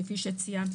כפי שציינת,